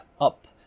up